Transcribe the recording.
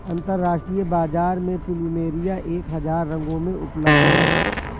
अंतरराष्ट्रीय बाजार में प्लुमेरिया एक हजार रंगों में उपलब्ध हैं